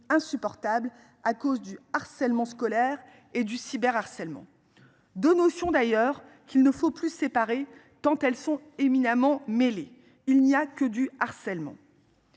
insupportable à cause du harcèlement scolaire et du cyber harcèlement de notion d'ailleurs qu'il ne faut plus séparé tant elles sont éminemment. Il n'y a que du harcèlement.